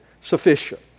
sufficient